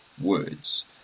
words